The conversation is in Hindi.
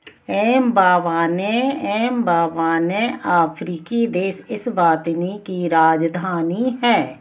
एम्बाबाने एम्बाबाने अफ्रीकी देश इस्वातिनी की राजधानी है